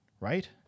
right